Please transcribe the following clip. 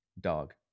dog